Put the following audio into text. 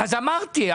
אמרתי.